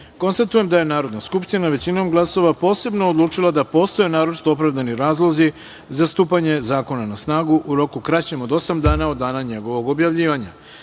jedan. Konstatujem da je Narodna skupština većinom glasova posebno odlučila da postoje naročito opravdani razlozi za stupanje zakona na snagu u roku kraćem od osam dana od dana njenog objavljivanja. Pristupamo